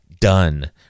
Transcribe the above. done